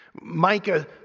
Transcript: Micah